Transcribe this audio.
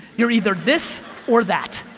you're either this or that.